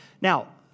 Now